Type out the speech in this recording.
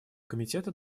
комитета